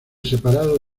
separado